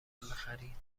بخری